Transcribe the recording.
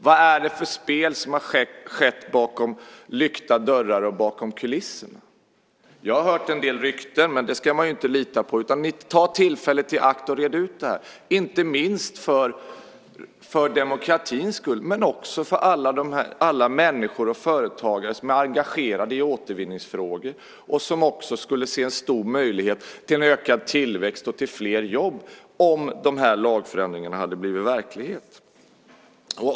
Vad är det för spel som har skett bakom lyckta dörrar och bakom kulisserna? Jag har hört en del rykten, men det ska man ju inte lita på. Ta tillfället i akt och red ut det här, inte minst för demokratins skull, också för alla människor och företagare som är engagerade i återvinningsfrågor och som skulle se en stor möjlighet till en ökad tillväxt och fler jobb om de här lagförändringarna hade blivit verklighet.